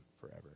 forever